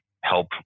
help